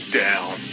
down